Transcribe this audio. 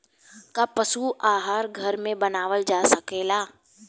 का पशु आहार घर में बनावल जा सकेला?